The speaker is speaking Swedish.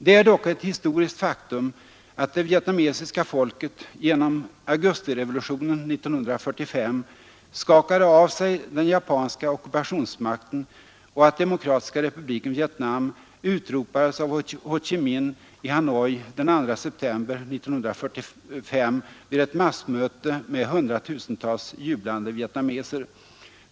Det är dock ett historiskt faktum att det vietnamesiska folket genom augustirevolutionen 1945 skakade av sig den japanska ockupationsmakten och att Demokratiska republiken Vietnam utropades av Ho Chi-minh i Hanoi den 2 september 1945 vid ett massmöte med hundratusentals jublande vietnameser.